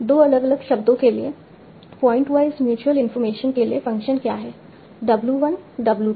2 अलग अलग शब्दों के लिए पॉइंटवाइज म्यूच्यूअल इंफॉर्मेशन के लिए फ़ंक्शन क्या है w 1 w 2